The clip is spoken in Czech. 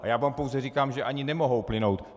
A já vám pouze říkám, že ani nemohou plynout.